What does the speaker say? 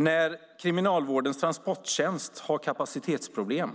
När Kriminalvårdens transporttjänst har kapacitetsproblem